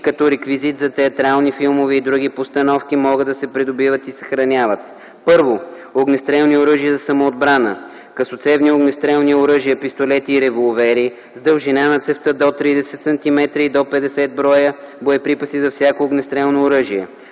като реквизит за театрални, филмови и други постановки, могат да се придобиват и съхраняват: 1. огнестрелни оръжия за самоотбрана - късоцевни огнестрелни оръжия - пистолети и револвери с дължина на цевта до 30 сантиметра и до 50 броя боеприпаси за всяко огнестрелно оръжие;